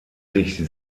sich